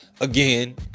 Again